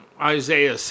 Isaiah